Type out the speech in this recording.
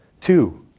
Two